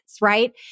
right